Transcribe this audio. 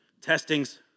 testings